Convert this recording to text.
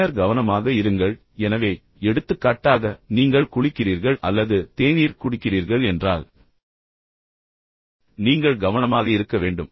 பின்னர் கவனமாக இருங்கள் எனவே எடுத்துக்காட்டாக நீங்கள் குளிக்கிறீர்கள் அல்லது தேநீர் குடிக்கிறீர்கள் என்றால் நீங்கள் கவனமாக இருக்க வேண்டும்